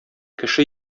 кеше